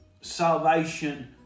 salvation